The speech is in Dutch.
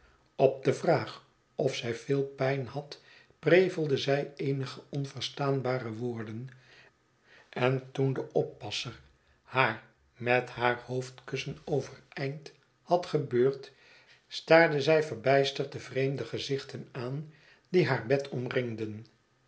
op de vraag of zy veel pijn had prevelde zij eenige onverstaanbare woorden en toen de oppasser haar met haar hoofdkussen overeind had gebeurd staarde zij verbijsterd de vreemde gezichten aan die haar bed omringden